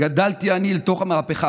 גדלתי אני אל תוך המהפכה